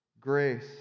Grace